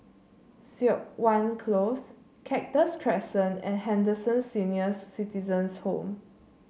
Siok Wan Close Cactus Crescent and Henderson Senior Citizens' Home